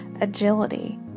agility